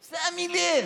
זה המיליה,